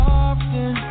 often